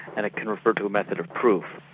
and it can refer to a method of proof.